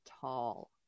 tall